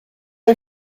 are